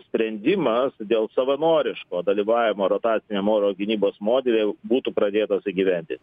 sprendimas dėl savanoriško dalyvavimo rotaciniam oro gynybos modely būtų pradėtas įgyvendint